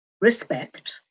Respect